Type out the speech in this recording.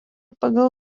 pagal